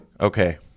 Okay